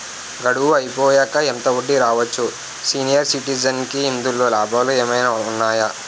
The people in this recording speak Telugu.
గడువు అయిపోయాక ఎంత వడ్డీ రావచ్చు? సీనియర్ సిటిజెన్ కి ఇందులో లాభాలు ఏమైనా ఉన్నాయా?